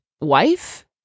wife